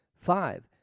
Five